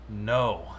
No